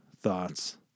thoughts